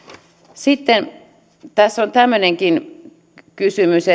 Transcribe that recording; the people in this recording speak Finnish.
sitten tässä on tämmöinenkin kysymys